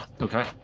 Okay